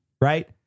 right